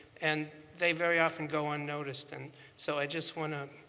and they very often go unnoticed. and so i just want to